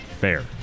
Fair